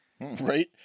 Right